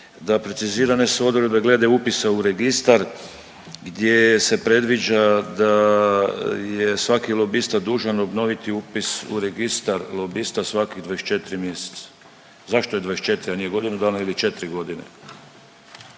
da precizirane su odredbe glede upisa u registar gdje se predviđa da je svaki lobista dužan obnoviti upis u Registar lobista svakih 24 mjeseca. Zašto je 24, a nije godinu dana ili 4.g.?